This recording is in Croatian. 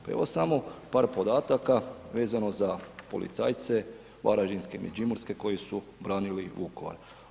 Pa evo samo par podataka vezano za policajce varaždinske i međimurske koji su branili Vukovar.